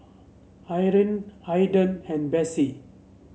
Eryn Ayden and Bessie